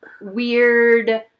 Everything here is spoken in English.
weird-